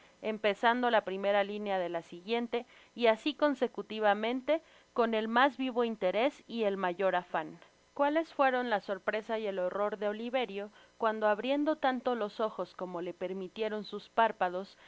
empezando la primera linea de la siguiente y asi consecutivamente con el mas vivo interes y el mayor afan cuales fueron la sorpresa y el horror de oliverio cuando abriendo tantos ojos como le permitieron sus párpados